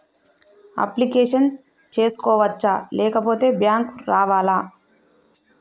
Application చేసుకోవచ్చా లేకపోతే bank రావాలా?